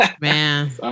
Man